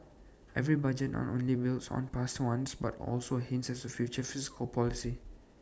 every budget not only builds on past ones but also hints at future fiscal policy